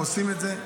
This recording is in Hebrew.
עושים את זה,